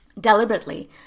deliberately